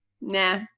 Nah